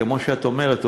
כמו שאת אומרת,